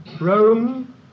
Rome